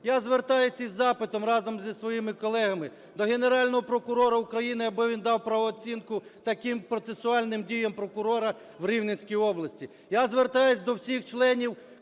Я звертаюсь із запитом разом із своїми колегами до Генерального прокурора України, аби він дав правову оцінку таким процесуальним діям прокурора у Рівненській області.